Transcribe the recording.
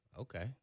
okay